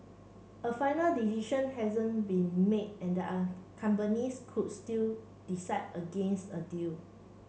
a final decision hasn't been made and a companies could still decide against a deal